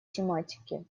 тематике